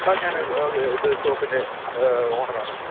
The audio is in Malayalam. ആ ഞാൻ ഇത് ഷോപ്പിൻറ്റെ ഓണറാണ്